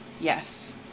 Yes